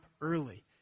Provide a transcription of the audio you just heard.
early